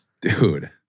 dude